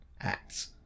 acts